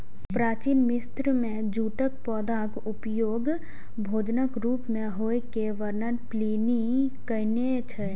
प्राचीन मिस्र मे जूटक पौधाक उपयोग भोजनक रूप मे होइ के वर्णन प्लिनी कयने छै